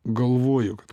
galvoju kad